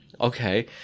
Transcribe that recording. Okay